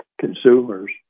consumers